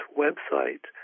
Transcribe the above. website